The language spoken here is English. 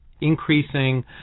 increasing